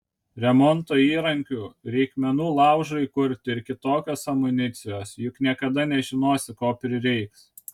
remonto įrankių reikmenų laužui įkurti ir kitokios amunicijos juk niekada nežinosi ko prireiks